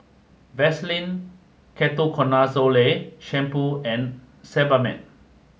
Vaselin Ketoconazole shampoo and Sebamed